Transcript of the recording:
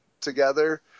together